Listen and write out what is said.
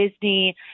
Disney